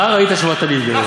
מה ראית שבאת להתגייר?